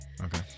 Okay